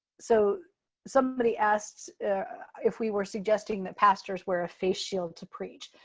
so somebody asked if we were suggesting that pastors wear a face shield to preach.